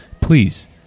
please